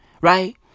right